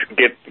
get